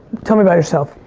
tell me about yourself.